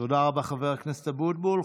תודה רבה, חבר הכנסת אבוטבול.